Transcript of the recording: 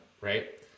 right